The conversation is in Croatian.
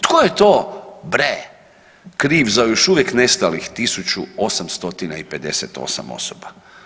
Tko je to bre kriv za još uvijek nestalih 1858 osoba?